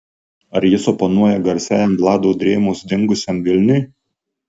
ar jis oponuoja garsiajam vlado drėmos dingusiam vilniui